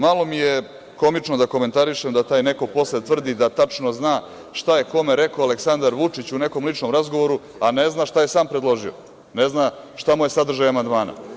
Malo mi je komično da komentarišem da taj neko posle tvrdi da tačno zna šta je kome rekao Aleksandar Vučić u nekom ličnom razgovoru, a ne zna šta je sam predložio, ne zna šta mu je sadržaj amandmana.